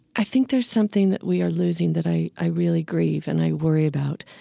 i think there's something that we are losing that i i really grieve and i worry about,